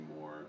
more